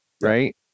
right